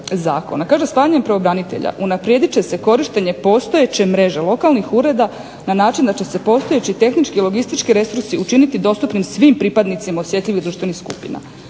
zakona, kaže spajanjem pravobranitelja unaprijedit će se korištenje postojeće mreže lokalnih ureda na način da će se postojeći tehnički i logistički resursi učiniti dostupni svim pripadnicima osjetljivih društvenih skupina.